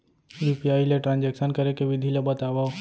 UPI ले transaction करे के विधि ला बतावव?